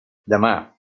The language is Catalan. demà